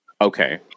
Okay